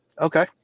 Okay